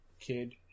kid